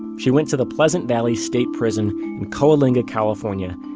she went to the pleasant valley state prison in coalinga, california,